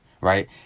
Right